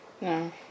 No